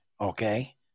okay